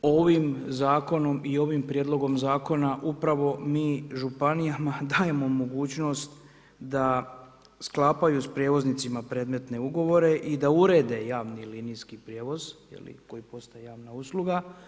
Ovim zakonom i ovim prijedlogom zakona upravo mi županijama dajemo mogućnost da sklapaju sa prijevoznicima predmetne ugovore i da urede javni linijski prijevoz koji postaje javna usluga.